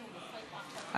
מס' 72), התשע"ח 2018, נתקבל.